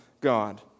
God